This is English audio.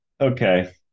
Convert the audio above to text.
Okay